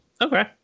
Okay